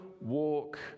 walk